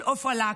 של עפרה לקס,